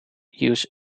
use